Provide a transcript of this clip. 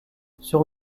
sur